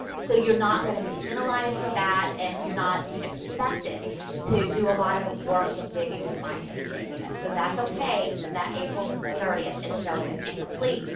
so, you're not going to be penalized for that, and you're not expected to do a lot of work and digging to find those data. so, that's okay that that april thirtieth is showing as incomplete.